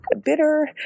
bitter